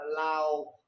allow